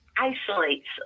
isolates